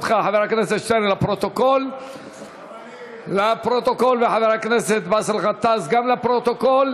גם את קולו של חבר הכנסת באסל גטאס, גם לפרוטוקול.